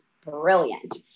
brilliant